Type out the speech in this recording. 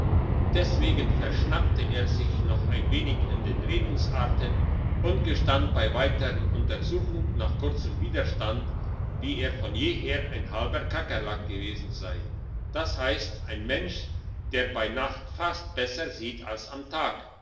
deswegen verschnappte er sich noch ein wenig in den redensarten und gestand bei der weitern untersuchung nach kurzem widerstand wie er von jeher ein halber kakerlak gewesen sei das heisst ein mensch der bei nacht fast besser sieht als am tag